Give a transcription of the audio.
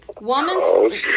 woman